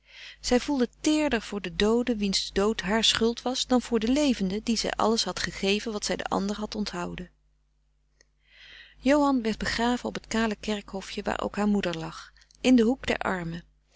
zij voelde teerder voor den doode wiens dood haar schuld was dan voor den levenden dien zij alles had gegeven wat zij den ander had onthouden johan werd begraven op het kale kerkhofje waar ook haar moeder lag in den hoek der armen